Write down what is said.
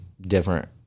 different